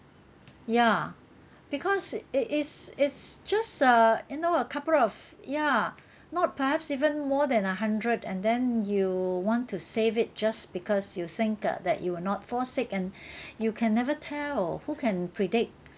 ya because it is it's just uh you know a couple of ya not perhaps even more than a hundred and then you want to save it just because you think uh that you will not fall sick and you can never tell who can predict